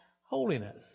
holiness